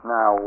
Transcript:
Now